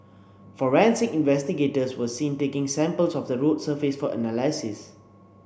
forensic investigators were seen taking samples of the road surface for analysis